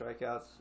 strikeouts